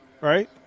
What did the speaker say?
right